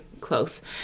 close